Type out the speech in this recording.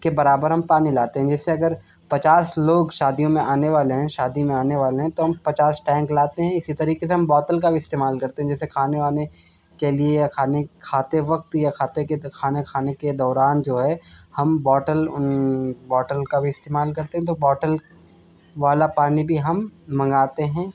کے برابر ہم پانی لاتے ہیں جیسے اگر پچاس لوگ شادیوں میں آنے والے ہیں شادی میں آنے والے ہیں تو ہم پچاس ٹینک لاتے ہیں اسی طریقے سے ہم بوتل کا بھی استعمال کرتے ہیں جیسے کھانے وانے کے لیے یا کھانے کھاتے وقت یا کھاتے کھانا کھانے کے دوران جو ہے ہم بوٹل بوٹل کا بھی استعمال کرتے ہیں تو بوٹل والا پانی بھی ہم منگاتے ہیں